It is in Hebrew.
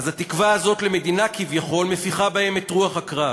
אז התקווה הזאת למדינה כביכול מפיחה בהם את רוח הקרב.